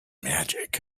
magic